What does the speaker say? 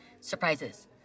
surprises